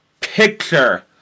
picture